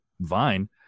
vine